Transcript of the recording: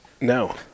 No